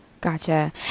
Gotcha